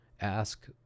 ask